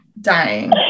dying